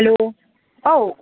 hello औ